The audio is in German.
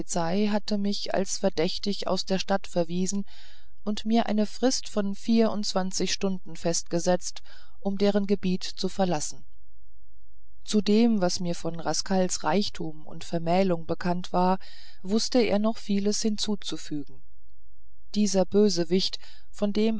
hatte mich als verdächtig aus der stadt verwiesen und mir eine frist von vierundzwanzig stunden festgesetzt um deren gebiet zu verlassen zu dem was mir von rascals reichtum und vermählung bekannt war wußte er noch vieles hinzuzufügen dieser bösewicht von dem